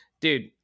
Dude